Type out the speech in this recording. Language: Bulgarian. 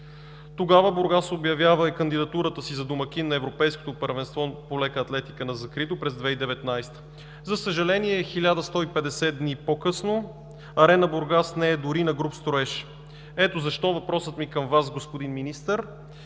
Тогава Бургас обявява и кандидатурата си за домакин на Европейското първенство по лека атлетика на закрито през 2019 г. За съжаление, 1150 дни по-късно, „Арена Бургас“ не е дори на груб строеж. Ето защо въпросът ми към Вас, господин Министър,